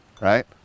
right